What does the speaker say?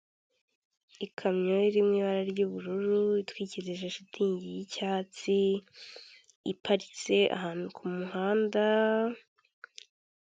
Inzu icuruza ibiribwa n'ibinyobwa harimo amata ya mukamira, hakaba harimo firigo ikonjesha ibyo kunywa twaramo umuntu w'umukiriya umaze kuyifata ibyo amaze kurya no kunywa agiye kwishyura yambaye ishati y'umakara rukara.